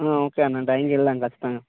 okay అన్న టైమ్కి వెళ్దాం ఖచ్చితంగా